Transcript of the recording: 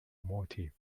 motive